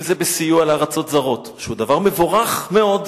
אם זה בסיוע לארצות זרות, שהוא דבר מבורך מאוד,